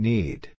Need